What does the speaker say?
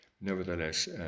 Nevertheless